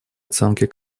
оценки